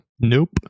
Nope